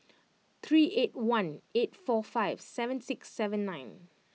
three eight one eight four five seven six seven nine